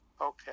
Okay